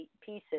pieces